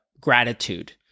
gratitude